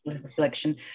reflection